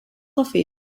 coffee